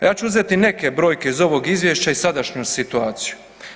Ja ću uzeti neke brojke iz ovog izvješća i sadašnju situaciju.